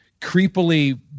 creepily